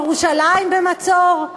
ירושלים במצור?